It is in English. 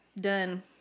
done